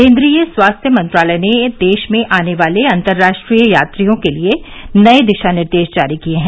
केन्द्रीय स्वास्थ्य मंत्रालय ने देश में आने वाले अंतरराष्ट्रीय यात्रियों के लिए नए दिशा निर्देश जारी किए हैं